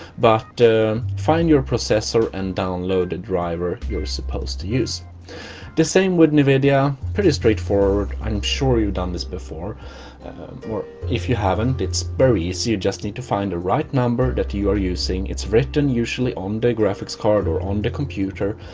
but find your processor and download the driver you're supposed to use the same with nvidia pretty straightforward i um sure you've done this before or if you haven't it's very easy. you just need to find the right number that you are using it's written usually on the graphics card or on the computer.